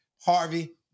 Harvey